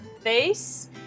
face